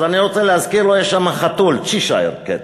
אז אני רוצה להזכיר לו, יש שם חתול, Cheshire Cat ,